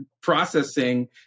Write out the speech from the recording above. processing